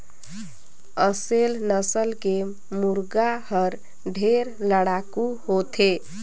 असेल नसल के मुरगा हर ढेरे लड़ाकू होथे